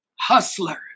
Hustler